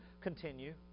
continue